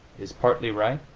is partly right,